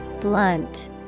Blunt